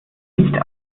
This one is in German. nicht